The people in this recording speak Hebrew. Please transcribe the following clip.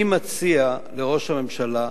אני מציע לראש הממשלה,